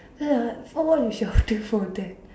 ya for what you shouting for that